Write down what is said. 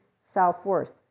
self-worth